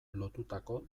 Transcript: lotutako